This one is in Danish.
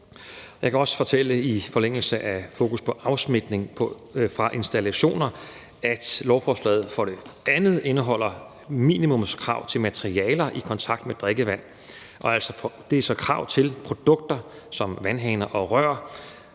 Jeg kan i forlængelse af fokusset på afsmitning fra installationer også fortælle, at lovforslaget for det andet indeholder minimumskrav til materialer i kontakt med drikkevand. Det er krav til produkter som vandhaner og rør,